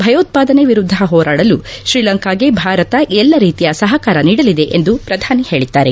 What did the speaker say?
ಭಯೋತ್ವಾದನೆ ವಿರುದ್ದ ಹೋರಾಡಲು ಶ್ರೀಲಂಕಾಗೆ ಭಾರತ ಎಲ್ಲ ರೀತಿಯ ಸಹಕಾರ ನೀಡಲಿದೆ ಎಂದು ಅವರು ಹೇಳಿದ್ದಾರೆ